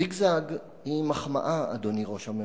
זיגזג הוא מחמאה, אדוני ראש הממשלה.